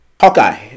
Hawkeye